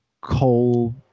coal